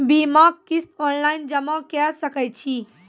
बीमाक किस्त ऑनलाइन जमा कॅ सकै छी?